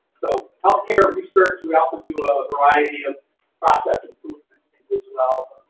so healthcare research, we also do a variety of process improvement as well,